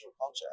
culture